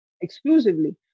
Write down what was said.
exclusively